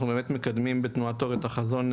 אנחנו באמת מקדמים בתנועת אור את החזון,